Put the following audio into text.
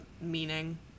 meaning